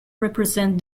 represent